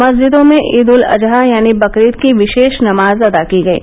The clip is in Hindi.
मस्जिदो में ईद उल अजहा यानी बकरीद की विशे नमाज अदा की गयी